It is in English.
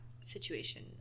situation